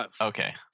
okay